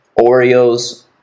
Oreos